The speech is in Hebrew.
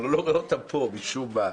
אבל אני לא רואה אותם פה משום מה,